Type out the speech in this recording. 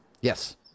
yes